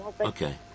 Okay